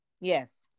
Yes